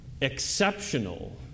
exceptional